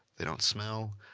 they don't smell.